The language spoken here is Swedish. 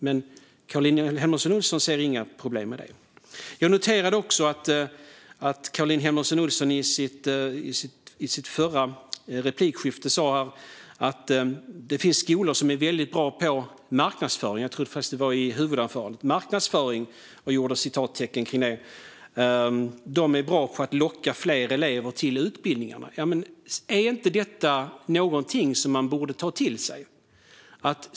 Men Caroline Helmersson Olsson ser inga problem med det. Jag noterade också att Caroline Helmersson Olsson i sitt förra replikskifte - eller i huvudanförandet - sa att det finns skolor som är väldigt bra på marknadsföring och att de är bra på att locka fler elever till utbildningarna. Är inte detta någonting som man borde ta till sig?